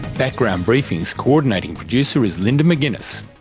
background briefing's co-ordinating producer is linda mcginness,